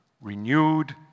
renewed